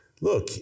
look